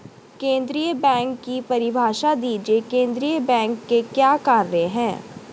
केंद्रीय बैंक की परिभाषा दीजिए केंद्रीय बैंक के क्या कार्य हैं?